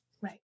Right